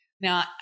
Now